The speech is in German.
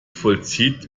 vollzieht